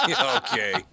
Okay